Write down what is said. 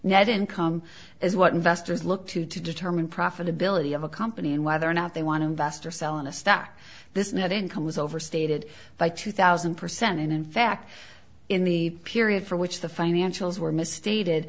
net income is what investors look to to determine profitability of a company and whether or not they want to invest or sell in a stock this net income was overstated by two thousand percent and in fact in the period for which the financials were misstated